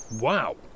Wow